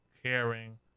caring